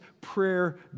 prayer